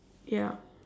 ya